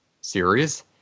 series